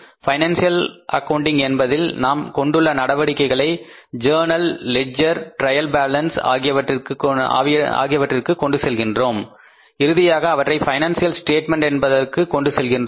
financial accounting என்பதில் நாம் கொண்டுள்ள நடவடிக்கைகளை ஜேர்ணல் லெட்ஜெர் டிரையல் பேலன்ஸ் ஆகியவற்றிற்கு கொண்டு செல்கின்றோம் இறுதியாக அவற்றை பினான்சியல் ஸ்டேட்மெண்ட் என்பதற்கு கொண்டு செல்கின்றோம்